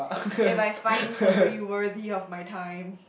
if I find somebody worthy of my time